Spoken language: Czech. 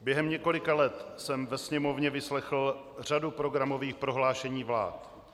Během několika let jsem ve Sněmovně vyslechl řadu programových prohlášení vlád.